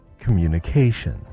communication